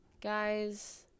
Guys